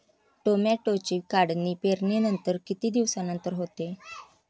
टोमॅटोची काढणी पेरणीनंतर किती दिवसांनंतर होते?